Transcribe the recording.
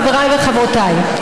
חבריי וחברותיי,